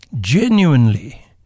genuinely